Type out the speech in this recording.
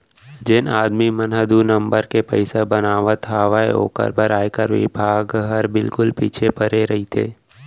जेन आदमी मन ह दू नंबर के पइसा बनात हावय ओकर बर आयकर बिभाग हर बिल्कुल पीछू परे रइथे